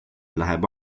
läheb